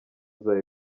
zawe